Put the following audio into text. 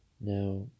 Now